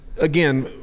again